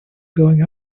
going